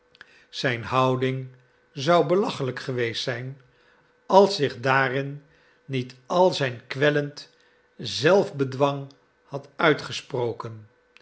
zijn houding zou belachelijk geweest zijn als zich daarin niet al zijn kwellend zelfbedwang had uitgesproken